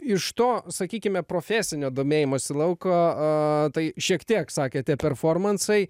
iš to sakykime profesinio domėjimosi lauko tai šiek tiek sakėte performansai